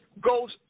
goes